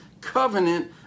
covenant